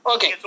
Okay